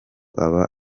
aba